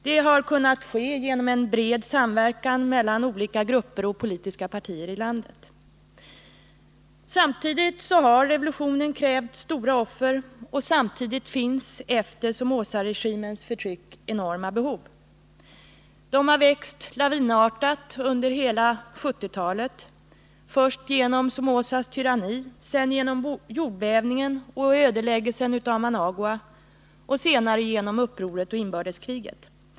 Det har kunnat ske genom en bred samverkan mellan olika grupper och politiska partier i landet. Samtidigt har revolutionen krävt stora offer, och samtidigt finns det efter Somozaregimens förtryck enorma behov. De har växt lavinartat under hela 1970-talet, först genom Somozas tyranni, sedan genom jordbävningen och ödeläggelsen av Managua och senare genom upproret och inbördeskriget.